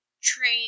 train